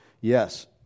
Yes